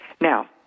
Now